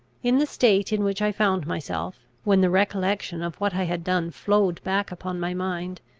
in the state in which i found myself, when the recollection of what i had done flowed back upon my mind,